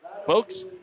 folks